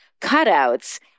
cutouts